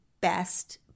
best